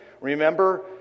Remember